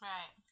Right